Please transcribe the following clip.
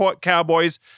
Cowboys